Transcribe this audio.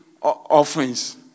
offerings